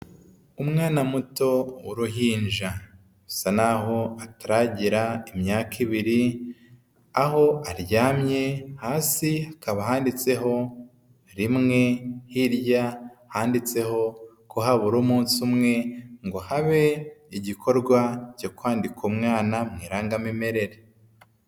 Umwana muto w'uruhinja asa n'aho ataragira imyaka ibiri aho aryamye hasi hakaba handitseho rimwe hirya handitseho ko habura umunsi umwe ngo habe igikorwa cyo kwandika umwana mu irangamimerere.